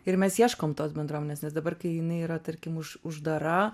ir mes ieškom tos bendruomenės nes dabar kai jinai yra tarkim už uždara